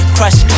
Crush